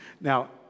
Now